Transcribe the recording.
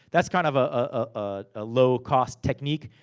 that's kind of a ah ah low cost technique.